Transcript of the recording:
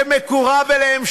שמקורב אליהם,